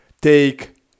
take